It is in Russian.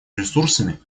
ресурсами